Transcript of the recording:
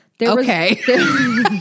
Okay